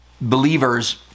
believers